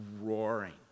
roaring